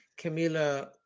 Camila